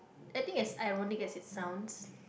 I think is ironic as its sounds